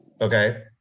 Okay